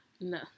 No